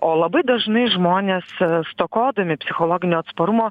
o labai dažnai žmonės stokodami psichologinio atsparumo